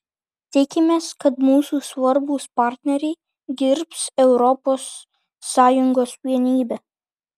tikimės kad mūsų svarbūs partneriai gerbs europos sąjungos vienybę